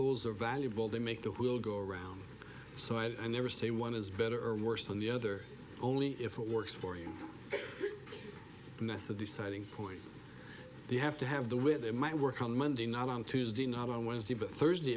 those are valuable they make the wheel go around so i never say one is better or worse than the other only if it works for you ness of deciding point they have to have the wit it might work on monday not on tuesday not on wednesday but thursday